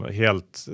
helt